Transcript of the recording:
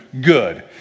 good